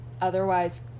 otherwise